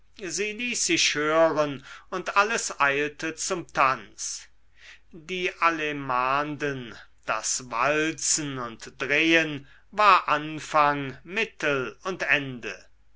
hören und alles eilte zum tanz die allemanden das walzen und drehen war anfang mittel und ende